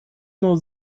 nur